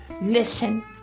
Listen